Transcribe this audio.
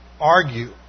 argue